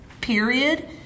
period